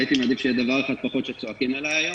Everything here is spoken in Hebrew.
הייתי מעדיף שיהיה דבר אחד פחות שצועקים עליי היום,